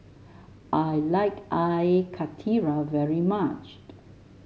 I like Air Karthira very much